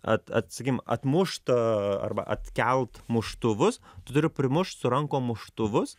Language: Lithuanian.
at at sakim atmušt arba atkelt muštuvus tu turi primušt su rankom muštuvus